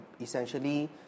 essentially